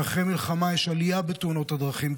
שאחרי מלחמה יש עלייה בתאונות הדרכים,